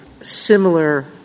similar